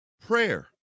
prayer